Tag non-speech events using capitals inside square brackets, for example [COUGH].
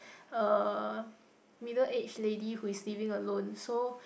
a [BREATH] middle aged lady who is living alone so